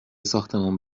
ساختمون